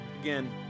Again